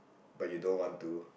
but you don't want to